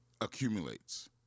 accumulates